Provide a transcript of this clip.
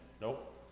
Nope